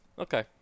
Okay